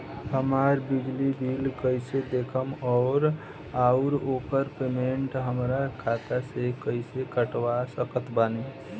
हमार बिजली बिल कईसे देखेमऔर आउर ओकर पेमेंट हमरा खाता से कईसे कटवा सकत बानी?